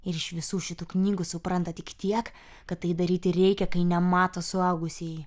ir iš visų šitų knygų supranta tik tiek kad tai daryti reikia kai nemato suaugusieji